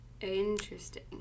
Interesting